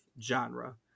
genre